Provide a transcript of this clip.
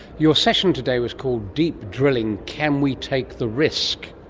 your session today was called deep drilling can we take the risk?